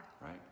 right